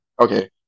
okay